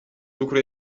lucru